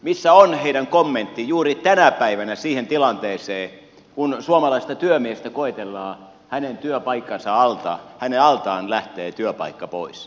missä on heidän kommenttinsa juuri tänä päivänä siihen tilanteeseen kun suomalaista työmiestä koetellaan hänen altaan lähtee työpaikka pois